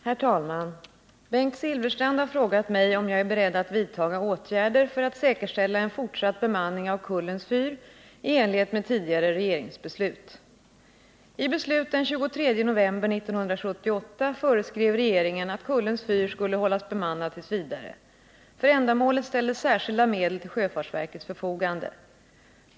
Herr talman! Bengt Silfverstrand har frågat mig om jag är beredd att vidtaga åtgärder för att säkerställa en fortsatt bemanning av Kullens fyr i enlighet med tidigare regeringsbeslut. I beslut den 23 november 1978 föreskrev regeringen att Kullens fyr skulle hållas bemannad t. v. För ändamålet ställdes särskilda medel till sjöfartsverkets förfogande.